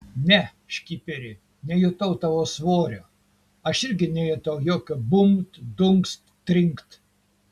ne škiperi nejutau tavo svorio aš irgi nejutau jokio bumbt dunkst trinkt